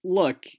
look